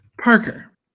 Parker